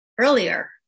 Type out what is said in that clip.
earlier